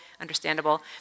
understandable